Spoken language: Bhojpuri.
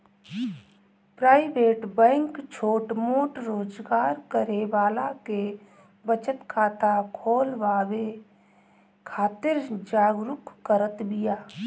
प्राइवेट बैंक छोट मोट रोजगार करे वाला के बचत खाता खोलवावे खातिर जागरुक करत बिया